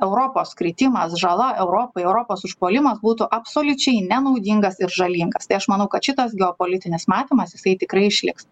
europos kritimas žala europai europos užpuolimas būtų absoliučiai nenaudingas ir žalingas tai aš manau kad šitas geopolitinis matymas jisai tikrai išliks